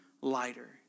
lighter